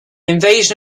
invasion